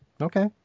Okay